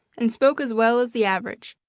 and spoke as well as the average,